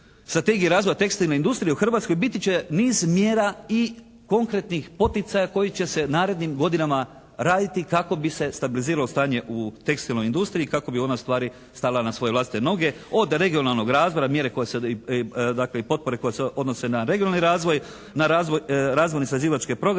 strategiji razvoja tekstilne industrije u Hrvatskoj biti će niz mjera i konkretnih poticaja koji će se u narednim godinama raditi kako bi se stabiliziralo stanje u tekstilnoj industriji. Kako bi ona ustvari stala na svoje vlastite noge. Od regionalnog razvoja, mjere koje se dakle i potpore koje se odnose na regionalni razvoj, na razvoj, razvojno-istraživačke programe,